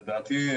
לדעתי,